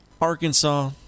Arkansas